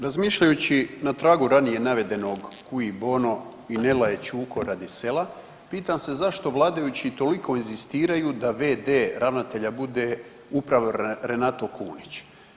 Razmišljajući na tragu ranije navedenog cui bono i ne laje ćuko radi sela, pitam se zašto vladajući toliko inzistiraju da v.d. ravnatelja bude upravo Renato Kunić.